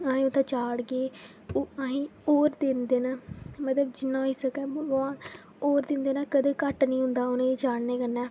अहे्ं उ'त्थें चाढ़गे ओह् अहे्ं ई होर दिंदे न मतलब जि'न्ना होई सकै भगवान होर दिंदे न कदें घट्ट निं होंदा उ'नें गी चाढ़ने कन्नै